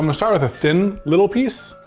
um start with a thin little piece.